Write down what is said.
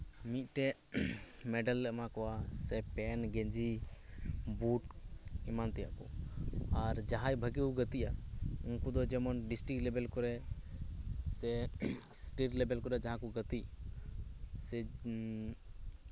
ᱢᱤᱫᱴᱮᱡ ᱢᱮᱰᱮᱞ ᱞᱮ ᱮᱢᱟ ᱠᱚᱣᱟ ᱥᱮ ᱯᱮᱱ ᱜᱮᱧᱡᱤ ᱵᱩᱴ ᱮᱢᱟᱱ ᱛᱮᱭᱟᱜ ᱠᱚ ᱟᱨ ᱡᱟᱦᱟᱸᱭ ᱵᱷᱟᱜᱮ ᱠᱚ ᱜᱟᱛᱮᱜᱼᱟ ᱩᱱᱠᱩ ᱫᱚ ᱡᱮᱢᱚᱱ ᱰᱤᱥᱴᱤᱠ ᱞᱮᱵᱮᱞ ᱠᱚᱨᱮ ᱥᱮ ᱥᱴᱮᱴ ᱞᱮᱵᱮᱞ ᱠᱚᱨᱮ ᱡᱟᱦᱟᱸ ᱠᱚ ᱜᱟᱛᱮ ᱥᱮ